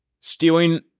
stealing